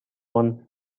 one